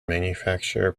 manufacture